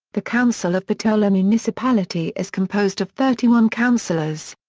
the council of bitola municipality is composed of thirty one councilors.